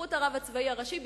בנוכחות הרב הצבאי הראשי,